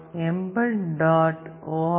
embed arch developper